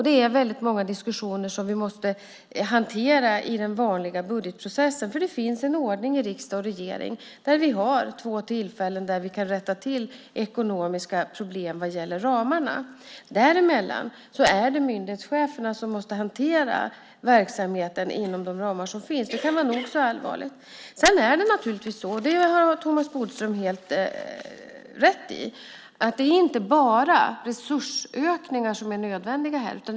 Det är väldigt många diskussioner som vi måste hantera i den vanliga budgetprocessen, för det finns en ordning i riksdag och regering där vi har två tillfällen där vi kan rätta till ekonomiska problem vad gäller ramarna. Däremellan är det myndighetscheferna som måste hantera verksamheten inom de ramar som finns. Det kan vara nog så allvarligt. Thomas Bodström har helt rätt i att det inte bara är resursökningar som är nödvändiga.